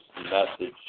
message